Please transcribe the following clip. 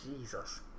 Jesus